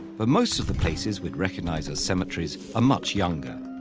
but most of the places we'd recognize as cemeteries are much younger.